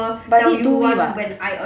but I did do [what]